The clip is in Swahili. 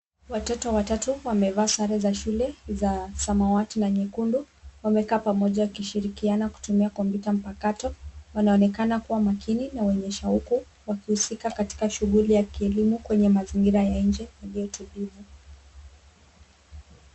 Watoto watatu wamevaa sare za shule, za samawati na nyekundu. Wamekaa pamoja wakishirikiana kutumia kompyuta mpakato. Wanaonekana kuwa makini na wenye shauku, wakihusika katika shughuli ya kilimo kwenye mazingira ya nje iliyo tulivu.